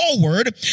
forward